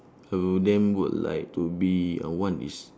I will then would like to be uh one is